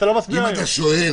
אם אתה שואל